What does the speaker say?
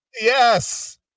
Yes